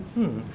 hmm